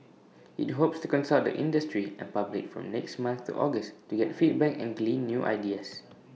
IT hopes to consult the industry and public from next month to August to get feedback and glean new ideas